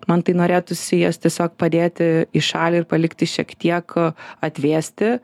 man tai norėtųsi jas tiesiog padėti į šalį ir palikti šiek tiek atvėsti